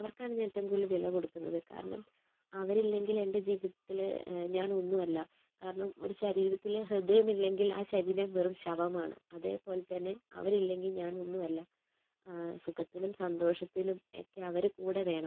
അവർക്കാണ് ഞാൻ ഏറ്റവും കൂടുതൽ വില കൊടുക്കുന്നത് കാരണം അവരില്ലെങ്കിൽ എൻ്റെ ജീവിതത്തിൽ ഞാൻ ഒന്നുമല്ല കാരണം ഒരു ശരീരത്തിൽ ഹൃദയമില്ലെങ്കിൽ ആ ശരീരം വെറും ശവമാണ് അതുപോലെതന്നെ അവരില്ലെങ്കിൽ ഞാൻ ഒന്നും അല്ല സുഖത്തിലും സന്തോഷത്തിലും ഒക്കെ അവർ കൂടെ വേണം